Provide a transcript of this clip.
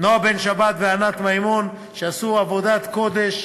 נועה בן-שבת וענת מימון, שעשו עבודת קודש